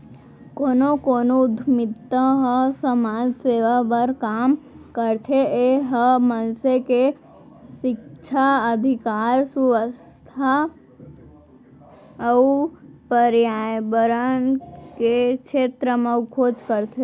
कोनो कोनो उद्यमिता ह समाज सेवा बर काम करथे ए ह मनसे के सिक्छा, अधिकार, सुवास्थ अउ परयाबरन के छेत्र म खोज करथे